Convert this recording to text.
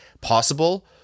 possible